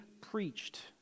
preached